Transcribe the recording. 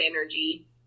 energy